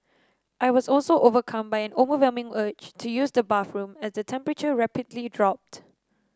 I was also overcome by an overwhelming urge to use the bathroom as the temperature rapidly dropped